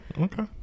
Okay